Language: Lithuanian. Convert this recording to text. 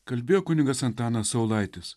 kalbėjo kunigas antanas saulaitis